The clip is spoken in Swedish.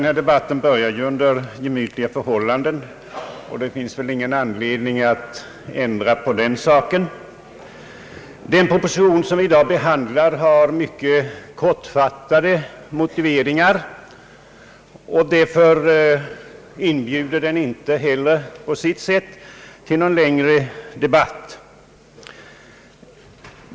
Herr talman! Den proposition som vi i dag behandlar har mycket kortfattade motiveringar, och därför inbjuder den inte heller till någon längre diskussion.